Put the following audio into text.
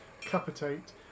Capitate